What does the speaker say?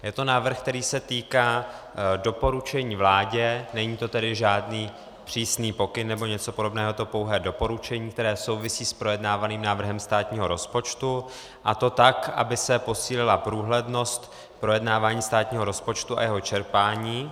Je to návrh, který se týká doporučení vládě, není to tedy žádný přísný pokyn nebo něco podobného, je to pouhé doporučení, které souvisí s projednávaným návrhem státního rozpočtu, a to tak, aby se posílila průhlednost projednávání státního rozpočtu a jeho čerpání.